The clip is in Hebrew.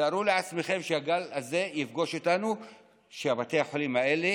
תארו לעצמכם שהגל הזה יפגוש אותנו כשבתי החולים האלה